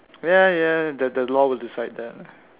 ya ya the the law will decide that